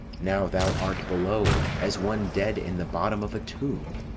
now thou art below, as one dead in the bottom of a tomb.